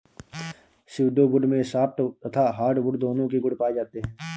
pseudo wood में soft तथा hardwood दोनों के गुण पाए जाते हैं